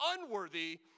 unworthy